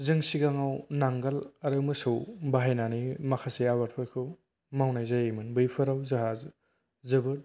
जों सिगाङाव नांगोल आरो मोसौ बाहायनानै माखासे आबादफोरखौ मावनाय जायोमोन बैफोराव जाहा जोबोर